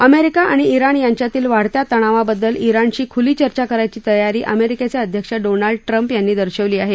America आणि Iran यांच्यातील वाढत्या तणावाबद्दल इराणशी खुली चर्चा करायची तयारी अमेरिकेचे अध्यक्ष डोनाल्ड ट्रम्प यांनी दर्शवली आहे